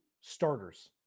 starters